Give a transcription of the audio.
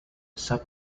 sub